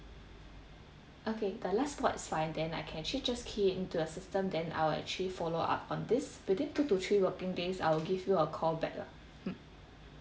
okay the last spot is fine then I can actually just key into the system then I will actually follow up on this within two to three working days I'll give you a call back lah mm